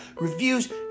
reviews